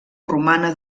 romana